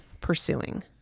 pursuing